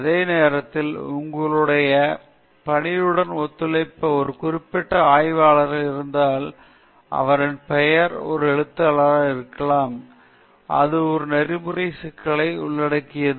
அதே நேரத்தில் உங்களுடைய பணியுடன் ஒத்துழைத்த ஒரு குறிப்பிட்ட ஆய்வாளராக இருந்தாலும் அவரின் பெயர் ஒரு எழுத்தாளராக சேர்க்கப்படலாம் அது ஒரு நெறிமுறை சிக்கலை உள்ளடக்கியது